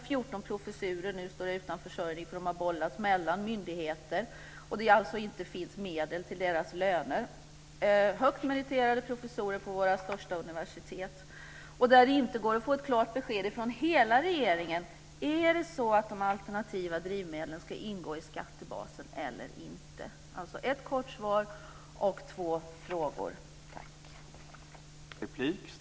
14 professurer står nu utan försörjning då de har bollats mellan myndigheter och det inte finns medel till deras löner - högt meriterade professorer på våra största universitet. Inte heller går det att få ett klart besked från hela regeringen: Är det så att de alternativa drivmedlen ska ingå i skattebasen eller inte? Det var alltså ett kort svar och två frågor.